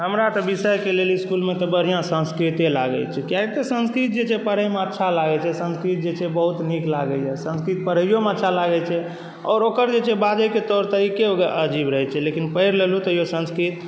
हमरा तऽ विषयके लेल इसकुलमे तऽ बढ़िआँ संस्कृते लागय छै किएक तऽ संस्कृत जे छै पढ़यमे अच्छा लागय छै संस्कृत जे छै बहुत नीक लागइए संस्कृत पढ़ैयोमे अच्छा लागय छै आओर ओकर जे छै बाजयके तौर तरीके ओकर अजीब रहय छै लेकिन पढ़ि लेलहुँ तैयौ संस्कृत